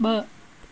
ब॒